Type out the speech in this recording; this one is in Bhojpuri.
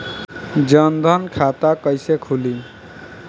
जनधन खाता कइसे खुली?